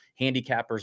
handicappers